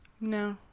No